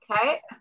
Okay